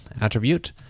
attribute